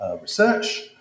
research